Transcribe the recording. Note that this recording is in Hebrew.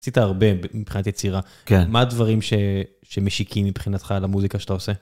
עשית הרבה מבחינת יצירה, כן, מה הדברים שמשיקים מבחינתך על המוזיקה שאתה עושה?